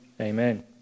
Amen